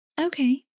Okay